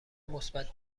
مثبت